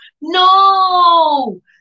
No